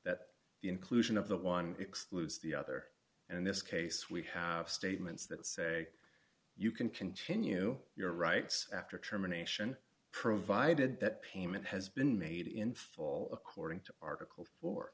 that the inclusion of the one excludes the other and in this case we have statements that say you can continue your rights after terminations provided that payment has been made in full of according to article four